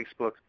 Facebook